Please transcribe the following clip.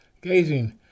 gazing